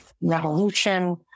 revolution